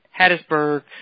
Hattiesburg